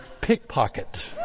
pickpocket